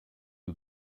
who